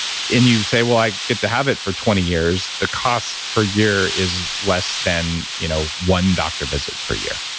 and you say, well, i get to have it for twenty years, the cost per year is less than you know one doctor visit per year.